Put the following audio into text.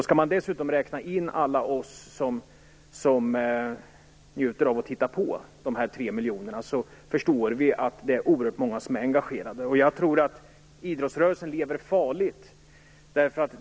Skall man dessutom räkna in alla oss som njuter av att titta på dessa tre miljoner förstår vi att det är oerhört många som är engagerade. Jag tror att idrottsrörelsen lever farligt.